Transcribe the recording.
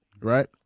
right